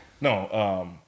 No